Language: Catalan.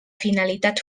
finalitat